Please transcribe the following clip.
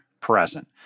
present